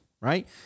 right